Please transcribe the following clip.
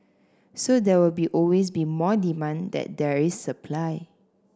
so there will be always be more demand that there is supply